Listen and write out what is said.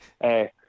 Hey